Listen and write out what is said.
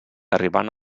arribant